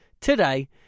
today